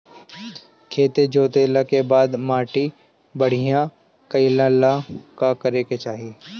खेत जोतला के बाद माटी बढ़िया कइला ला का करे के चाही?